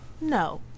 no